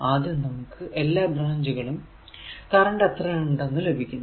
ആദ്യം നമുക്ക് എല്ലാ ബ്രാഞ്ചുകളിലും കറന്റ് എത്ര എന്ന് ലഭിക്കും